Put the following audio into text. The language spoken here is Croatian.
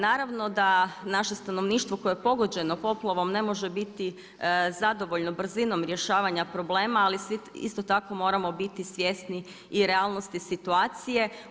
Naravno da naše stanovništvo koje je pogođeno poplavom ne može biti zadovoljno brzinom rješavanja problema, ali isto tako moramo biti svjesni i realnosti situacije.